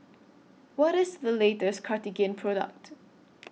What IS The latest Cartigain Product